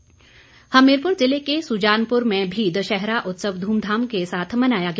सुजानपुर हमीरपुर जिले के सुजानपुर में भी दशहरा उत्सव धूमधाम से मनाया गया